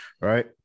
right